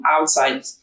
outside